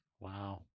Wow